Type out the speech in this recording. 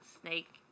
snake